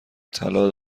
طلا